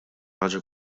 ħaġa